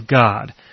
God